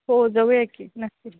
हो जाऊया की नक्की